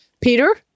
Peter